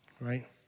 Right